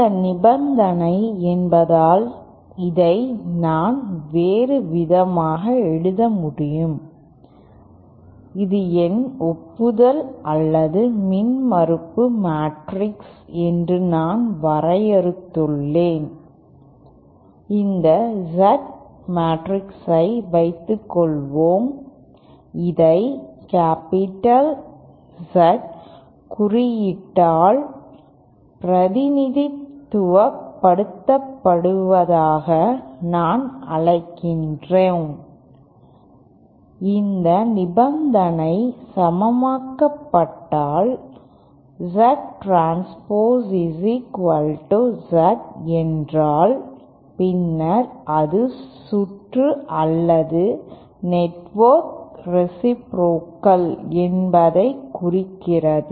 இந்த நிபந்தனை என்பதால் இதை நான் வேறு விதமாக எழுத முடியும் இது என் ஒப்புதல் அல்லது மின்மறுப்பு மேட்ரிக்ஸ் என்று நான் வரையறுத்துள்ளேன் இந்த Z மேட்ரிக்ஸை வைத்துக்கொள்வோம் இதை கேப்பிட்டல் Z குறியீட்டால் பிரதிநிதித்துவப்படுத்துவதாக நான் அழைக்கிறேன் இந்த நிபந்தனை சமமாக்கப்பட்டால் Z டிரான்ஸ்போஸ் Z என்றால் பின்னர் அது சுற்று அல்லது நெட்வொர்க் ரேசிப்ரோகல் என்பதைக் குறிக்கிறது